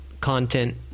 content